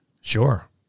Sure